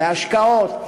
השקעות,